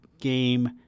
game